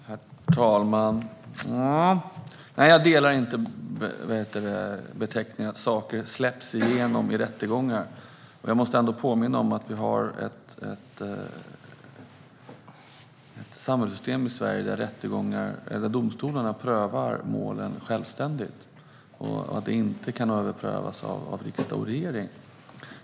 Herr talman! Nej, jag delar inte uppfattningen att saker släpps igenom i rättegångar. Jag måste påminna om att vi har ett samhällssystem i Sverige där domstolarna prövar målen självständigt och att de inte kan överprövas av riksdag och regering.